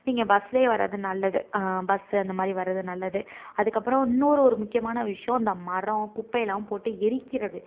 நீங்கள் பஸ்ஸில் வரது நல்லது பஸ்ஸு அந்த மாதிரி வரது நல்லது அதுக்கப்புறம் இன்னோரு ஒரு முக்கியமான விஷயம் இந்த மரம் குப்பைலாம் போட்டு எரிக்கிறது